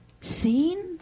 seen